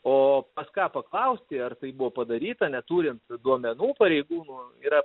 o pas ką paklausti ar tai buvo padaryta neturint duomenų pareigūnų yra